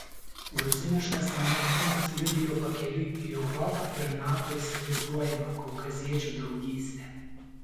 gruziniškas namų vynas liudijo pakeliui į europą ir nato įsivaizduojamą kaukaziečių draugystę